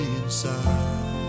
inside